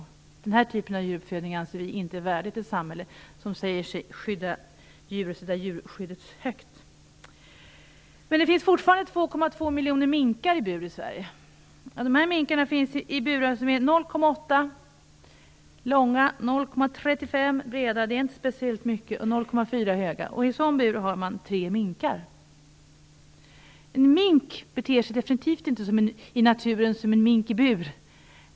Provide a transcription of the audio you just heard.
Vi anser denna typ av djuruppfödning inte är värdig ett samhälle som säger sig sätta djurskyddet högt. Det finns fortfarande 2,2 miljoner minkar i bur i Sverige. De finns i burar som är 0,8 m långa, 0,35 m breda - vilket inte är speciellt mycket - och 0,4 m höga. I en sådan bur har man 3 minkar. En mink beter sig i naturen definitivt inte som en mink i bur.